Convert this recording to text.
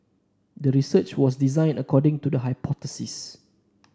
the research was designed according to the hypothesis